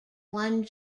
one